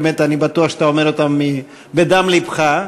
באמת, אני בטוח שאתה אומר אותם בדם לבך.